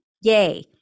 yay